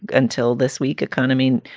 until this week, economy,